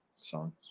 song